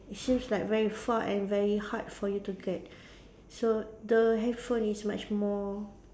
seems like very far and very hard for you to get so the handphone is much more